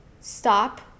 stop